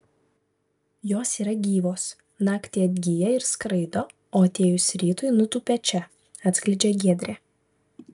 jos yra gyvos naktį atgyja ir skraido o atėjus rytui nutūpia čia atskleidžia giedrė